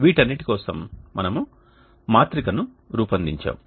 వీటన్నిటి కోసం మనము మాత్రిక ను రూపొందించాము